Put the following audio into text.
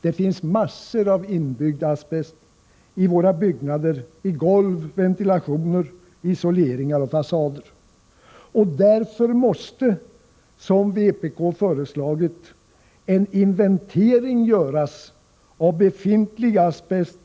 Det finns massor av inbyggd asbest i våra byggnader, i golv, ventilationsanläggningar, isoleringar och fasader. Därför måste, som vpk föreslagit, en inventering göras av befintlig asbest.